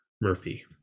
Murphy